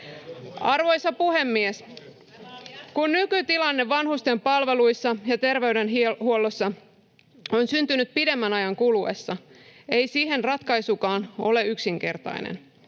Arvoisa puhemies! Kun nykytilanne vanhustenpalveluissa ja terveydenhuollossa on syntynyt pidemmän ajan kuluessa, ei siihen ratkaisukaan ole yksinkertainen.